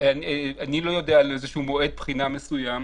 אני לא יודע על איזה מועד בחינה מסוים.